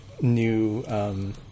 new